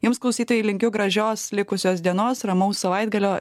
jums klausytojai linkiu gražios likusios dienos ramaus savaitgalio